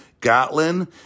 Gatlin